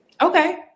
Okay